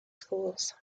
schools